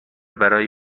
برای